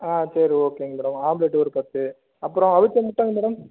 ஆ சரி ஓகேங்க madam omelette ஒரு பத்து அப்புறம் அவிச்ச முட்டைங்க மேடம்